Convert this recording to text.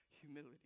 humility